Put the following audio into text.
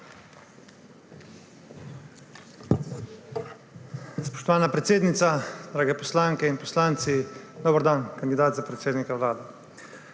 Spoštovana predsednica, drage poslanke in poslanci! Dober dan, kandidat za predsednika Vlade!